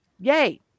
yay